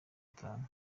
atanu